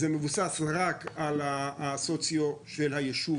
זה מבוסס רק על הסוציו של הישוב.